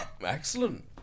Excellent